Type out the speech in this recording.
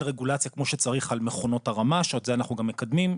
רגולציה כמו שצריך על מכונות הרמה שאת זה אנחנו גם מקדמים.